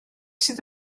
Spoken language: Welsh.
sydd